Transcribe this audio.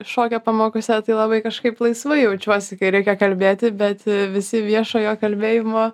šokio pamokose tai labai kažkaip laisvai jaučiuosi kai reikia kalbėti bet visi viešojo kalbėjimo